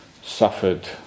suffered